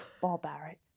Barbaric